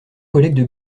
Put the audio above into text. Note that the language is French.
collègues